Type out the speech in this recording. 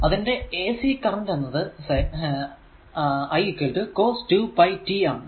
ഇതിന്റെ ac current എന്നത് i say cos2πt ആണ്